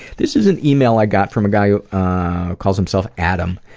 this is an email i got from a guy who calls himself adam,